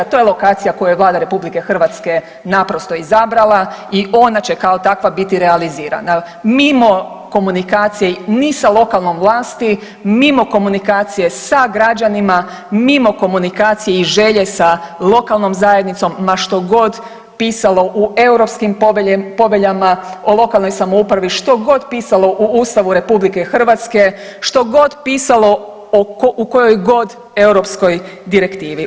To je lokacija koju je Vlada Republike Hrvatske naprosto izabrala i ona će kao takva biti realizirana mimo komunikacije ni sa lokalnom vlasti, mimo komunikacije sa građanima, mimo komunikacije i želje sa lokalnom zajednicom ma što god pisalo u Europskim poveljama o lokalnoj samoupravi, što god pisalo u Ustavu Republike Hrvatske, što god pisalo u kojoj god europskoj direktivi.